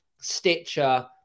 Stitcher